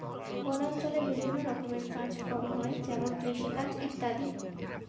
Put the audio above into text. বনাঞ্চলে বিভিন্ন রকমের কাজ কম হয় যেমন কৃষিকাজ ইত্যাদি